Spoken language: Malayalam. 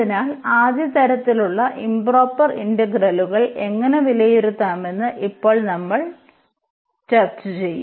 അതിനാൽ ആദ്യ തരത്തിലുള്ള ഇംപ്റോപർ ഇന്റഗ്രലുകൾ എങ്ങനെ വിലയിരുത്താമെന്ന് ഇപ്പോൾ നമ്മൾ ചെയ്യും